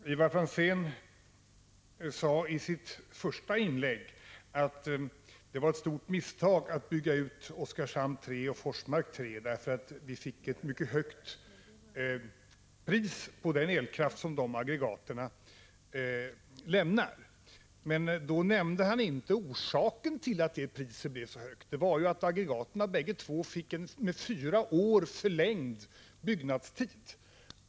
Herr talman! Ivar Franzén sade i sitt första inlägg att det var ett stort misstag att bygga ut Oskarshamn 3 och Forsmark 3, eftersom vi fick ett mycket högt pris på den elkraft som dessa aggregat producerar. Men då nämnde han inte orsaken till att priset blev så högt. Orsaken var ju att aggregaten fick en med fyra år förlängd byggnadstid.